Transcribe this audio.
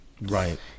Right